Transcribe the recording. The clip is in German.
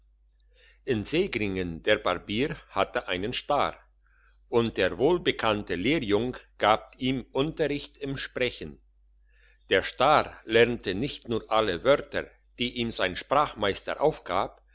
in segringen der barbier hatte einen star und der wohlbekannte lehrjung gab ihm unterricht im sprechen der star lernte nicht nur alle wörter die ihm sein sprachmeister aufgab